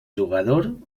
jugador